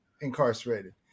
incarcerated